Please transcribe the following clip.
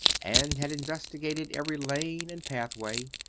and had investigated every lane and pathway,